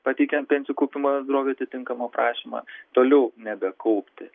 pateikiant pensijų kaupimo bendrovei atitinkamą prašymą toliau nebekaupti